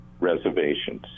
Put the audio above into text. reservations